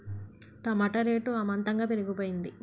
టమాట rate అమాంతంగా పెరిగిపోయింది